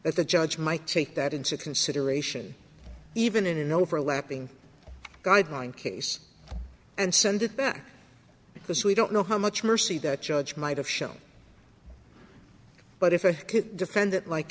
that the judge might take that into consideration even in an overlapping guideline case and send it back because we don't know how much mercy that judge might have shown but if i could defend that like